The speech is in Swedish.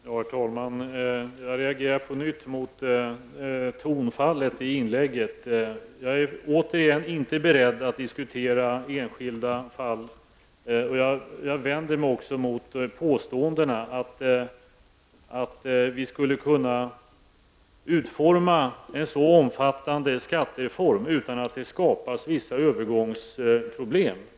Herr talman! Jag reagerar på nytt mot tonfallet i inlägget. Återigen: jag är inte beredd att diskutera enskilda fall. Jag vänder mig också mot påståendena att vi skulle kunna utforma en så omfattande skattereform utan att det skapas vissa övergångsproblem.